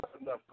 enough